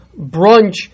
brunch